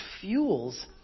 fuels